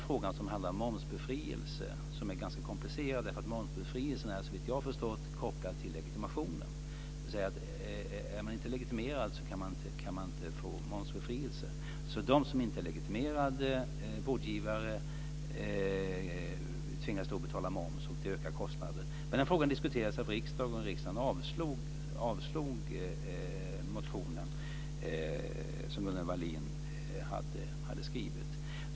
Frågan om momsbefrielse är ganska komplicerad, eftersom denna såvitt jag har förstått är kopplad till legitimationen. Den som inte är legitimerad kan inte få momsbefrielse. De som inte är legitimerade vårdgivare tvingas alltså betala moms, vilket ökar kostnaden. Denna fråga har diskuterats av riksdagen, och den avslog motionen, vilken hade väckts av Gunnel Wallin.